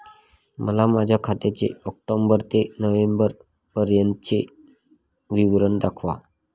मला माझ्या खात्याचे ऑक्टोबर ते नोव्हेंबर पर्यंतचे विवरण दाखवा